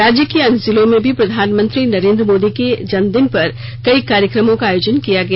राज्य के अन्य जिलों में भी प्रधानमंत्री नरेंद्र मोदी के जन्मदिन पर कई कार्यक्रमों का आयोजन किया गया